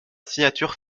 signature